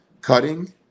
cutting